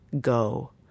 go